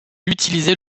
utilisait